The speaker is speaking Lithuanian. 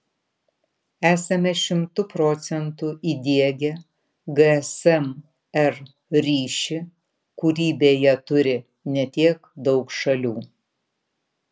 esame šimtu procentų įdiegę gsm r ryšį kurį beje turi ne tiek daug šalių